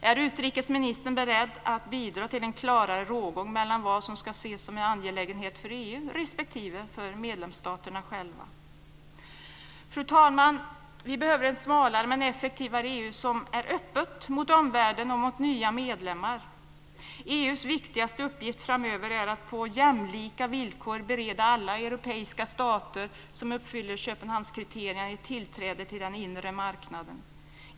Är utrikesministern beredd att bidra till en klarare rågång mellan vad som ska ses som en angelägenhet för EU respektive för medlemsstaterna själva? Fru talman! Vi behöver ett smalare men effektivare EU som är öppet mot omvärlden och mot nya medlemmar. EU:s viktigaste uppgift framöver är att på jämlika villkor bereda alla europeiska stater som uppfyller Köpenhamnskriterierna ett tillträde till den inre marknaden.